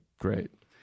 great